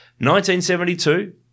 1972 –